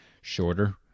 shorter